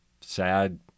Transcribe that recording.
sad